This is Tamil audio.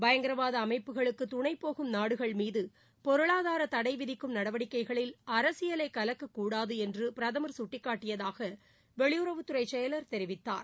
பயங்கரவாத அமைப்புகளுக்கு துணைபோகும் நாடுகள் மீது பொருளாதார தடை விதிக்கும் நடவடிக்கைகளில் அரசியலை கலக்கக்கூடாது என்று பிரதம் சுட்டிக்காட்டியதாக வெளியுறவுத்துறை செயல் தெரிவித்தார்